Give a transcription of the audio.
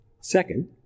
Second